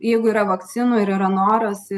jeigu yra vakcinų ir yra noras